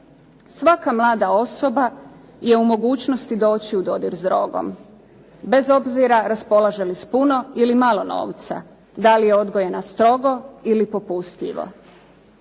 Svaka mlada osoba je u mogućnosti doći u dodir s drogom, bez obzira raspolaže li s puno ili malo novca, da li je odgojena strogo ili popustljivo.